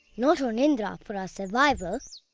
not on indra for our survival,